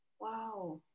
Wow